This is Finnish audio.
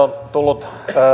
on tullut